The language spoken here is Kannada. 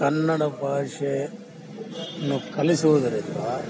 ಕನ್ನಡ ಭಾಷೆಯನ್ನು ಕಲಿಸೋದರಿಂದ